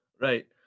right